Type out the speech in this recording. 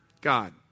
God